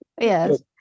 Yes